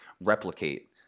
replicate